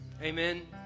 Amen